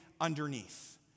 underneath